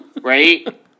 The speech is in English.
Right